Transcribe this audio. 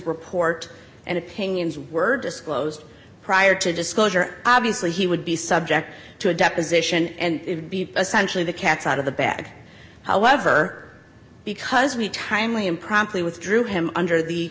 report and opinions were disclosed prior to disclosure obviously he would be subject to a deposition and it would be essentially the cat's out of the bag however because we timely and promptly withdrew him under the